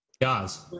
guys